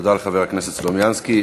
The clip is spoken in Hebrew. תודה לחבר הכנסת סלומינסקי.